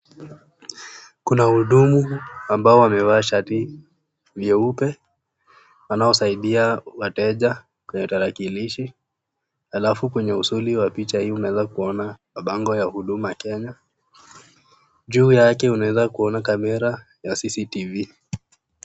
Kuna wahudumu ambao wamevaa shati veupe wanaosaidia wateja kwenye tarakilishi. Alafu kwenye usoni wa picha hii unaweza kuona kuna mabango ya huduma Kenya. Juu yake unaweza kuona Kamera ya CCTV.